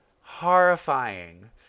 horrifying